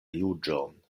juĝon